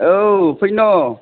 आव फैनो